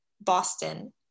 Boston